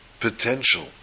potential